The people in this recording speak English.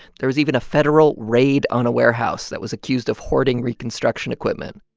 there was even a federal raid on a warehouse that was accused of hoarding reconstruction equipment.